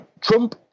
trump